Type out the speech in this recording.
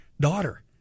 daughter